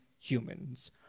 humans